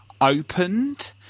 opened